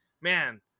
man